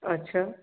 अच्छा